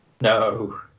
No